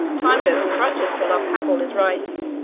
time goes on crutches till love have all his rites.